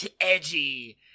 Edgy